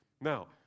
Now